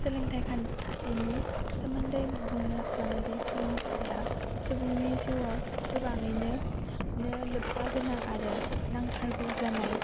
सोलोंथाइ खान्थिनि सोमोन्दै बुंनो सानोदि सोलोंथाइआ सुबुंनि जिउआव गोबाङैनो लोब्बा गोनां आरो नांथारगौ जानाय